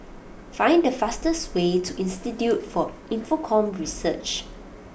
find the fastest way to Institute for Infocomm Research